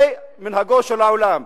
זה מנהגו של העולם,